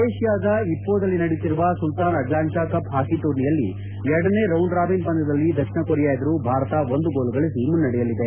ಮಲೇಷಿಯಾದ ಇಫ್ಟೋದಲ್ಲಿ ನಡೆಯುತ್ತಿರುವ Sultan Azlan Shah cup hockey ಟೂರ್ನಿಯಲ್ಲಿ ಎರಡನೇ ರೌಂಡ್ ರಾಬಿನ್ ಪಂದ್ಯದಲ್ಲಿ ದಕ್ಷಿಣ ಕೊರಿಯಾ ಎದುರು ಭಾರತ ಒಂದು ಗೋಲು ನಡೆಸಿ ಮುನ್ನಡೆಯಲಿದೆ